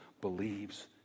believes